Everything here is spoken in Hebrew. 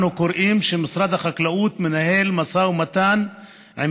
אנו קוראים שמשרד החקלאות מנהל משא ומתן עם